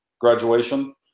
graduation